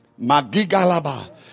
Magigalaba